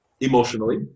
emotionally